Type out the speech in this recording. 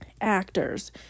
actors